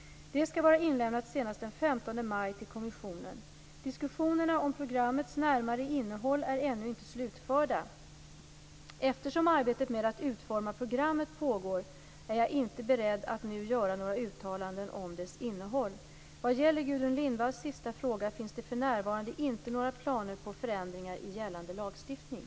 Det skall vara inlämnat senast den 15 maj till kommissionen. Diskussionerna om programmets närmare innehåll är ännu inte slutförda. Eftersom arbetet med att utforma programmet pågår är jag inte beredd att nu göra några uttalanden om dess innehåll. Vad gäller Gudrun Lindvalls sista fråga finns det för närvarande inte några planer på förändringar i gällande lagstiftning.